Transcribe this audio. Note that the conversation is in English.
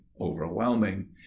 overwhelming